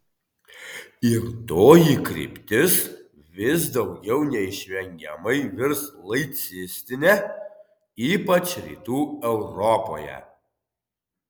ir toji kryptis vis daugiau neišvengiamai virs laicistine ypač rytų europoje